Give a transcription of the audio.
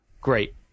Great